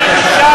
מה עם ש"ס?